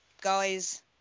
guys